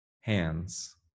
hands